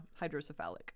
hydrocephalic